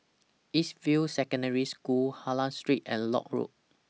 East View Secondary School Hylam Street and Lock Road